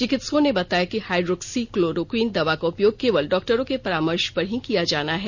चिकित्सकों ने बताया कि हाइड्रोक्सी क्लोरो क्वीन दवा का उपयोग केवल डॉक्टरों के परामर्ष पर ही किया जाना है